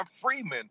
Freeman